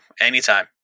anytime